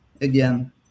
again